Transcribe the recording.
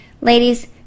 Ladies